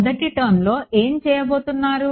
మొదటి టర్మ్లో ఏమి చేయబోతున్నారు